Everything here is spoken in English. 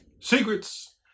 Secrets